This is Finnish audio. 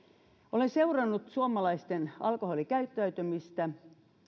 olen seurannut suomalaisten alkoholikäyttäytymistä